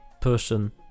person